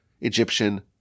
Egyptian